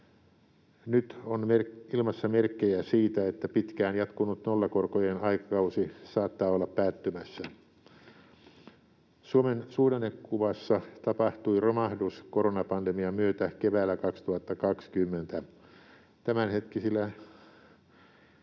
Nyt on ilmassa merkkejä siitä, että pitkään jatkunut nollakorkojen aikakausi saattaa olla päättymässä. Suomen suhdannekuvassa tapahtui romahdus koronapandemian myötä keväällä 2020. Tämänhetkisillä